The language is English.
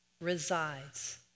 resides